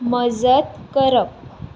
मजत करप